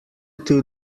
two